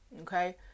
okay